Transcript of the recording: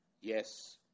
yes